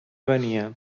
venia